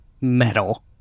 metal